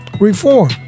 reform